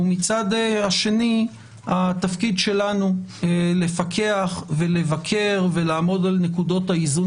ומצד שני התפקיד שלנו לפקח ולבקר ולעמוד על נקודות האיזון